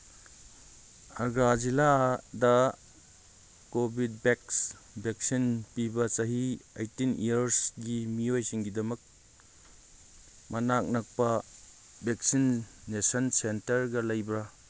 ꯑꯒ꯭ꯔꯥ ꯖꯤꯂꯥꯗ Covovax vaccine ꯄꯤꯕ ꯆꯍꯤ ꯑꯩꯠꯇꯤꯟ ꯏꯌꯔꯁꯒꯤ ꯃꯤꯑꯣꯏꯁꯤꯡꯒꯤꯃꯗꯛ ꯃꯅꯥꯛ ꯅꯛꯄ ꯚꯦꯛꯁꯤꯅꯦꯁꯟ ꯁꯦꯟꯇꯔꯒ ꯂꯩꯕ꯭ꯔꯥ